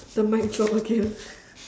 the mic dropped again